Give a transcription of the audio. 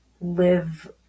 live